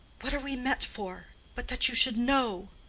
what are we met for, but that you should know.